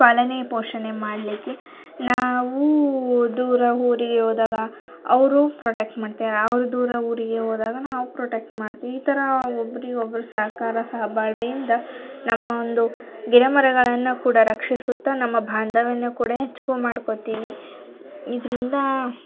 ಪಾಲನೆ ಪೋಷಣೆ ಮಾಡಲಿಕ್ಕೆ ನಾವು ದೂರ ಊರಿಗೆ ಹೋದಾಗ ಅವರು ಪ್ರೊಟೆಕ್ಟ್ ಮಾಡ್ತಾರೆ ಅವರು ದೂರ ಊರಿಗೆ ಹೋದಾಗ ನಾವು ಪ್ರೊಟೆಕ್ಟ್ ಮಾಡ್ತೀವಿ ಈ ಥರ ಒಬ್ರಿಗೊಬ್ಬರು ಸಹಕಾರ ಸಹಬಾಳ್ವೆಯಿಂದ ನಮ್ಮ ಒಂದು ಗಿಡ ಮರಗಳನ್ನ ಕೂಡ ರಕ್ಷಿಸುತ್ತ ನಮ್ಮ ಬಾಂಧವ್ಯವನ್ನು ಕೂಡ ಹೆಚ್ಕೊ ಮಾಡ್ಕೊತೀನಿ ಇದರಿಂದ